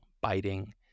biting